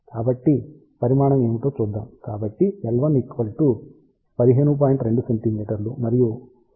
కాబట్టి పరిమాణం ఏమిటో చూద్దాం